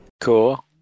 cool